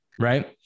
right